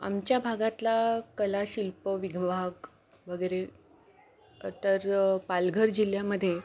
आमच्या भागातला कला शिल्प विभाग वगैरे तर पालघर जिल्ह्यामध्ये